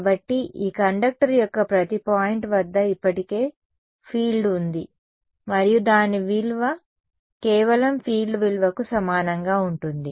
కాబట్టి ఈ కండక్టర్ యొక్క ప్రతి పాయింట్ వద్ద ఇప్పటికే ఫీల్డ్ ఉంది మరియు దాని విలువ కేవలం ఫీల్డ్ విలువకు సమానంగా ఉంటుంది